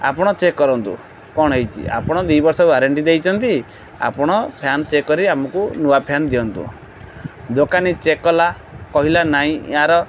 ଆପଣ ଚେକ୍ କରନ୍ତୁ କ'ଣ ହେଇଛି ଆପଣ ଦୁଇ ବର୍ଷ ୱାରେଣ୍ଟି ଦେଇଛନ୍ତି ଆପଣ ଫ୍ୟାନ୍ ଚେକ୍ କରି ଆମକୁ ନୂଆ ଫ୍ୟାନ୍ ଦିଅନ୍ତୁ ଦୋକାନୀ ଚେକ୍ କଲା କହିଲା ନାହିଁ ଏହାର